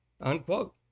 Unquote